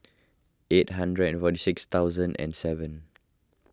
eight hundred and forty six thousand and seven